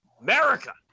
America